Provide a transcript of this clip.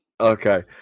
Okay